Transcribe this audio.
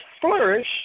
flourish